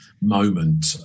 moment